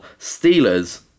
Steelers